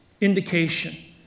indication